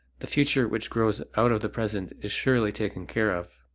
the future which grows out of the present is surely taken care of.